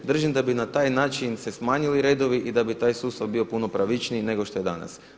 Držim da bi na taj način se smanjili redovi i da bi taj sustav bio puno pravičniji nego što je danas.